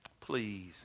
Please